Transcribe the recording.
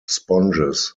sponges